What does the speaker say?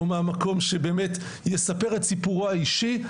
או מהמקום שבאמת יספר את סיפורו האישי,